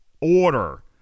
Order